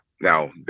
Now